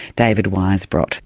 david weisbrot.